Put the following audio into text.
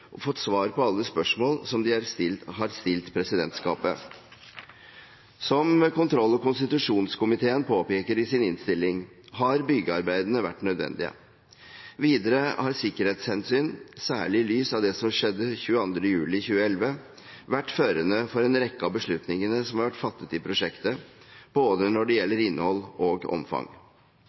og fått svar på alle spørsmål som de har stilt til presidentskapet. Som kontroll- og konstitusjonskomiteen påpeker i sin innstilling, har byggearbeidene vært nødvendige. Videre har sikkerhetshensyn, særlig i lys av det som skjedde 22. juli 2011, vært førende for en rekke av beslutningene som har vært fattet i prosjektet, når det gjelder både innhold og omfang.